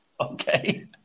Okay